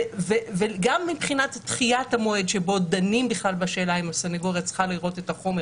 גם מבחינת המועד שבו דנים בכלל בשאלה אם הסנגוריה צריכה לראות את החומר